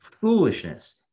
foolishness